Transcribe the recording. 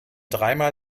dreimal